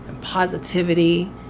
positivity